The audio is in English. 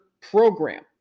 program